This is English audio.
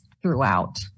throughout